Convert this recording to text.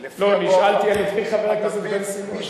לא, נשאלתי על-ידי חבר הכנסת בן-סימון.